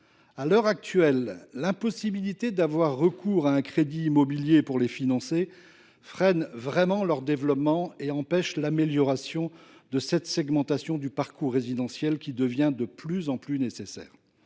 À l’heure actuelle, l’impossibilité d’avoir recours à un crédit immobilier pour les financer freine leur développement et empêche l’amélioration de cette segmentation du parcours résidentiel, qui devient de plus en plus nécessaire.